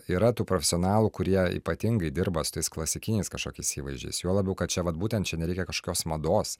yra tų profesionalų kurie ypatingai dirba su tais klasikiniais kažkokiais įvaizdžiais juo labiau kad čia vat būtent čia nereikia kažkokios mados